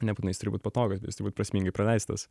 nebūtinai jis turi būt patogus bet jis turi būt prasmingai praleistas